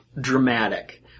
dramatic